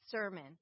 sermon